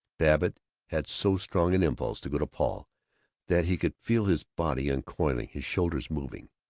babbitt had so strong an impulse to go to paul that he could feel his body uncoiling, his shoulders moving,